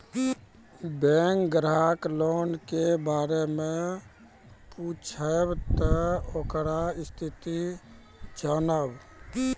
Bank ग्राहक loan के बारे मैं पुछेब ते ओकर स्थिति जॉनब?